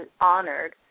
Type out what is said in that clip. honored